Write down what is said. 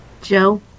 Joe